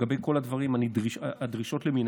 לגבי כל הדברים, הדרישות למיניהן.